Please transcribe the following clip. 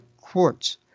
quartz